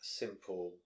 simple